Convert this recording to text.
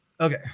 Okay